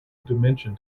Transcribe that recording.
dimension